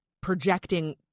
projecting